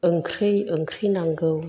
ओंख्रै ओंख्रै नांगौ